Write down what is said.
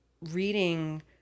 reading